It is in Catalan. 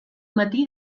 matí